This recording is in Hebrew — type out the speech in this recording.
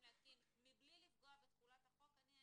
להתקין מבלי לפגוע בתחולת החוק אמרתי,